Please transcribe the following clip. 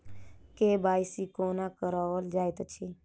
KYC कोना कराओल जाइत अछि?